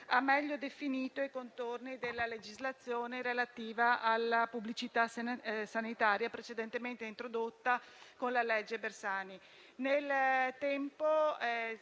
ha meglio definito i contorni della legislazione relativa alla pubblicità sanitaria precedentemente introdotta con la cosiddetta legge Bersani.